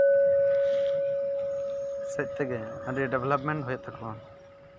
ᱥᱮᱡ ᱛᱮᱜᱮ ᱟᱹᱰᱤ ᱰᱮᱵᱞᱚᱵᱢᱮᱱᱴ ᱦᱩᱭᱩᱜ ᱛᱟᱠᱚᱣᱟ